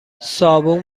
صابون